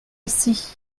ici